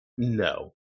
no